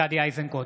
(קורא בשמות חברי הכנסת) גדי איזנקוט,